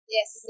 Yes